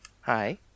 Hi